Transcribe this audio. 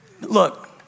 Look